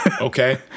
Okay